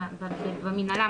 במנהלה,